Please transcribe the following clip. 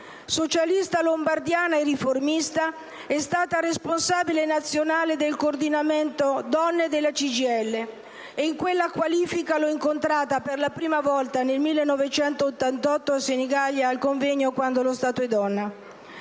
Socialista lombardiana e riformista, è stata responsabile nazionale del coordinamento donne della CGIL ed in quella qualifica l'ho incontrata per la prima volta nel 1988 a Senigallia al convegno «Quando lo Stato è donna».